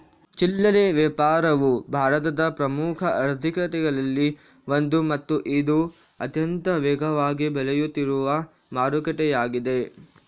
ಚಿಲ್ಲರೆ ವ್ಯಾಪಾರವು ಭಾರತದ ಪ್ರಮುಖ ಆರ್ಥಿಕತೆಗಳಲ್ಲಿ ಒಂದು ಮತ್ತು ಇದು ಅತ್ಯಂತ ವೇಗವಾಗಿ ಬೆಳೆಯುತ್ತಿರುವ ಮಾರುಕಟ್ಟೆಯಾಗಿದೆ